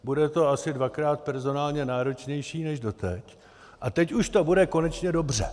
Bude to asi dvakrát personálně náročnější než dosud a teď už to bude konečně dobře.